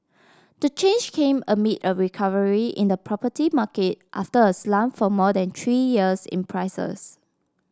the change came amid a recovery in the property market after a slump for more than three years in prices